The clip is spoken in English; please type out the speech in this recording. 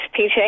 PJ